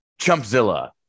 Chumpzilla